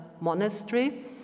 monastery